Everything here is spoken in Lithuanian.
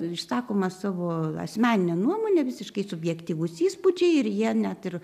išsakoma savo asmeninę nuomonę visiškai subjektyvūs įspūdžiai ir jie net ir